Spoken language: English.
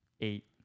eight